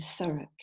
Thurrock